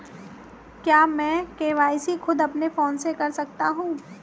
क्या मैं के.वाई.सी खुद अपने फोन से कर सकता हूँ?